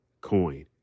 coin